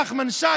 נחמן שי,